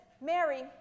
Mary